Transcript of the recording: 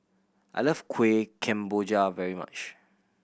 I love Kueh Kemboja very much